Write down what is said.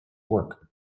work